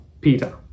Peter